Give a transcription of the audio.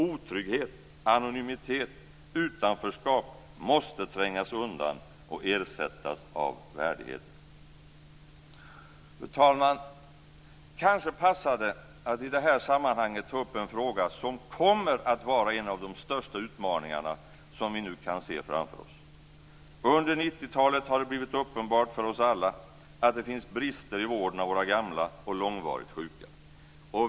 Otrygghet, anonymitet, utanförskap måste trängas undan och ersättas av värdighet. Fru talman! Kanske passar det att i det här sammanhanget ta upp en fråga som kommer att innebära en av de största utmaningarna som vi nu kan se framför oss. Under 90-talet har det blivit uppenbart för oss alla att det finns brister i vården av våra gamla och långvarigt sjuka.